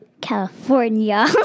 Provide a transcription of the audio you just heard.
California